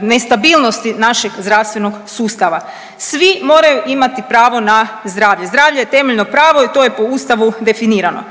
nestabilnosti našeg zdravstvenog sustava. Svi moraju imati pravo na zdravlje. Zdravlje je temeljno pravo i to je po Ustavu definirano.